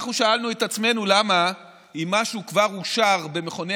אנחנו שאלנו את עצמנו: אם משהו כבר אושר במכוני